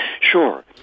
Sure